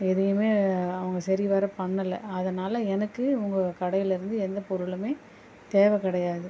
எதையுமே அவங்க சரி வர பண்ணல அதனால் எனக்கு உங்கள் கடையிலருந்து எந்த பொருளுமே தேவை கிடையாது